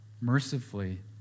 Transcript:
mercifully